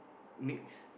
mix